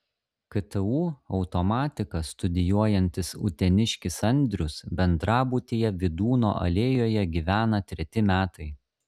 ktu automatiką studijuojantis uteniškis andrius bendrabutyje vydūno alėjoje gyvena treti metai